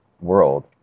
world